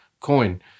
Coin